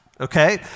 okay